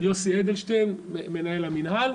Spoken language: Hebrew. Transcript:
יוסי אדלשטיין, מנהל המנהל.